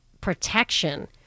protection